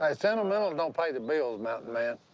ah sentimental don't pay the bills, mountain man.